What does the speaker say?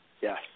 Yes